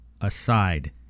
aside